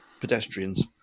pedestrians